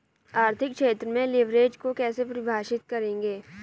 आर्थिक क्षेत्र में लिवरेज को कैसे परिभाषित करेंगे?